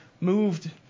moved